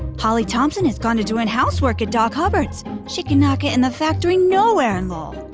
holly thompson has gone to doing housework at doc hubbard's she could not get in the factory nowhere in lowell.